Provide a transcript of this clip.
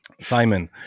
Simon